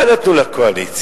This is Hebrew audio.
מה נתנו לקואליציה?